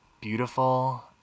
beautiful